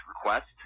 request